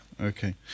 Okay